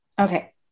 Okay